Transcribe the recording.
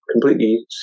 completely